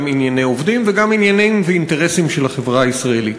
גם ענייני עובדים וגם עניינים ואינטרסים של החברה הישראלית.